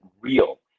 real